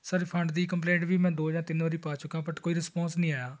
sir refund ਦੀ complaint ਵੀ ਮੈਂ ਦੋ ਜਾਂ ਤਿੰਨ ਵਾਰੀ ਪਾ ਚੁੱਕਾ ਬਟ ਕੋਈ ਰਿਸਪੌਂਸ ਨਹੀਂ ਆਇਆ